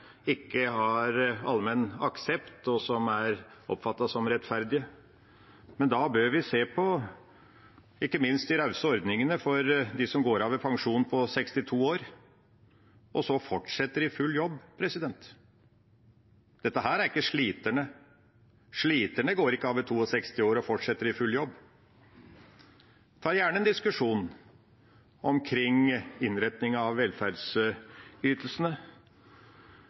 rettferdige. Men da bør vi ikke minst se på de rause ordningene for dem som går av med pensjon ved 62 år og så fortsetter i full jobb. Dette er ikke sliterne. Sliterne går ikke av ved 62 år og fortsetter i full jobb. Jeg tar gjerne en diskusjon omkring innretningen av velferdsytelsene,